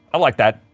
i like that.